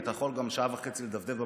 היית יכול גם לדפדף שעה וחצי במחשב,